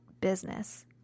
business